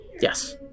Yes